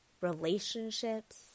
relationships